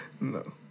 No